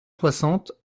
soixante